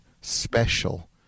special